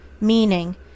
meaning